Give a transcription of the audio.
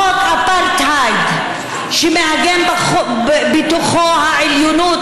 חוק אפרטהייד שמעגן בתוכו את העליונות